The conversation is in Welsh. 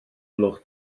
gloch